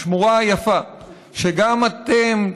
השמורה היפה שגם אתם,